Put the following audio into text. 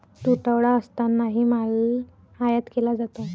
तुटवडा असतानाही माल आयात केला जातो